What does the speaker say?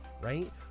right